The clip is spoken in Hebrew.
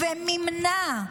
היא מימנה,